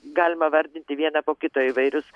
galima vardinti vieną po kito įvairius